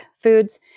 foods